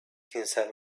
himself